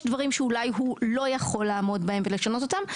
דברים שאולי הוא לא יכול לעמוד בהם ולשנות אותם,